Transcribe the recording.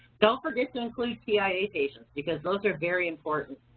don't forget to include tia patients, because those are very important.